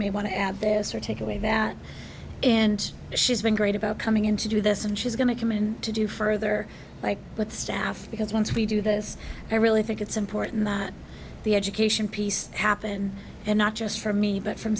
may want to add this or take away that and she's been great about coming in to do this and she's going to come in to do further like with staff because once we do this i really think it's important that the education piece happen and not just for me but from